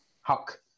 Huck